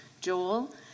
Joel